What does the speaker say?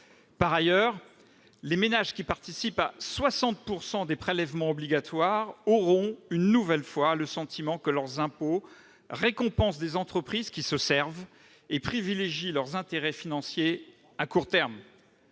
Par ailleurs, les ménages, qui contribuent à 60 % aux prélèvements obligatoires, auront une nouvelle fois le sentiment que leurs impôts récompensent des entreprises qui se servent et qui privilégient leurs intérêts financiers à court terme.